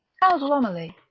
how's romilly?